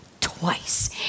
twice